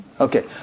Okay